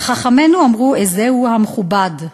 חכמינו אמרו: איזהו מכובד?